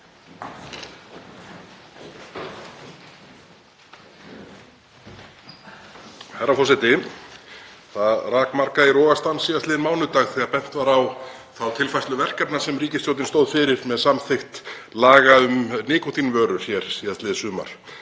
Herra forseti. Það rak marga í rogastans síðastliðinn mánudag þegar bent var á þá tilfærslu verkefna sem ríkisstjórnin stóð fyrir með samþykkt laga um nikótínvörur síðastliðið sumar,